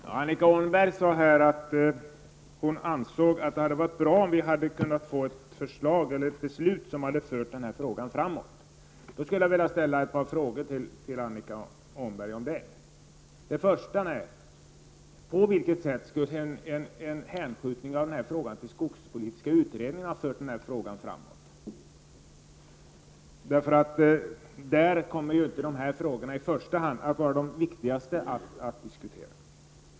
Herr talman! Annika Åhnberg sade att hon ansåg att det hade varit bra om vi hade kunnat fatta ett beslut som hade fört den här frågan framåt. Jag skulle då vilja ställa några frågor till Annika Den första frågan är: På vilket sätt skulle en hänskjutning av denna fråga till den skogspolitiska utredningen ha fört den framåt? I den utredningen kommer ju inte dessa frågor att vara de viktigaste att diskutera.